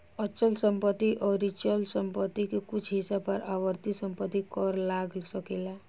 अचल संपत्ति अउर चल संपत्ति के कुछ हिस्सा पर आवर्ती संपत्ति कर लाग सकेला